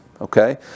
Okay